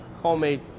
Homemade